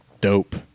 dope